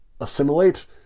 assimilate